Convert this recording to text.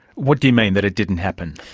what do you mean that it didn't happen?